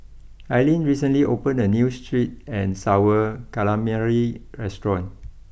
Aylin recently opened a new sweet and Sour Calamari restaurant